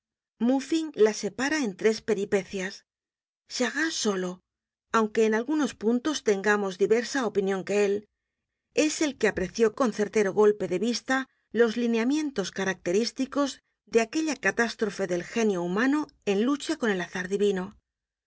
muffing la separa en tres peripecias charras solo aunque en algunos puntos tengamos diversa opinion que él es el que apreció con certero golpe de vista los lineamentos característicos de aquella catástrofe del genio humano en lucha con el azar divino